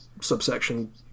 subsection